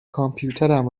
کامپیوترم